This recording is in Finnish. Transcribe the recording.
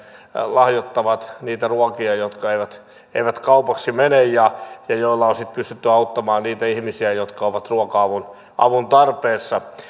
lahjoittavat hyväntekeväisyyteen niitä ruokia jotka eivät eivät kaupaksi mene ja ja joilla on sitten pystytty auttamaan niitä ihmisiä jotka ovat ruoka avun avun tarpeessa